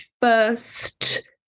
first